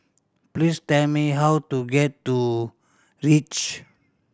please tell me how to get to Reach